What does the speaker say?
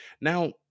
Now